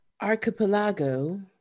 archipelago